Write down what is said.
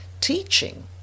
teaching